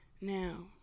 Now